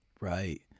Right